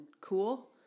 cool